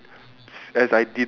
for for this right like